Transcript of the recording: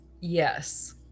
Yes